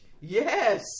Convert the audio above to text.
Yes